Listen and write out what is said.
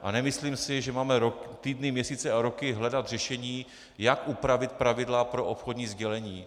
A nemyslím si, že máme týdny, měsíce a roky hledat řešení, jak upravit pravidla pro obchodní sdělení.